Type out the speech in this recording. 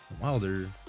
Wilder